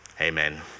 Amen